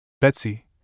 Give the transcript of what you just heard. Betsy